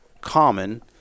common